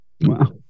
Wow